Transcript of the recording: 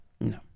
No